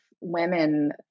women